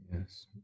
Yes